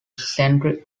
center